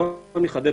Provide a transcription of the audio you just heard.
אני אחדד.